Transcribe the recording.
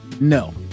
No